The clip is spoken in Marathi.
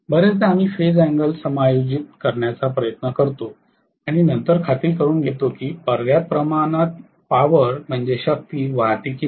बर्याचदा आम्ही फेज अँगल समायोजित करण्याचा प्रयत्न करतो आणि नंतर खात्री करतो की पर्याप्त प्रमाणात शक्ती वाहते की नाही